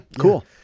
cool